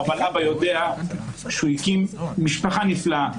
אבל אבא יודע שהוא הקים משפחה נפלאה.